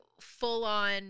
full-on